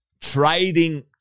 trading